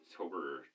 October